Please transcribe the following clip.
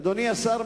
אדוני השר,